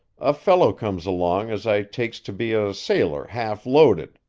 a fellow comes along as i takes to be a sailor half-loaded.